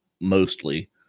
mostly